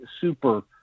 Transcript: super